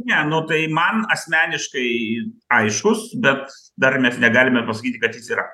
ne nu tai man asmeniškai aiškus bet dar mes negalime pasakyti kad jis yra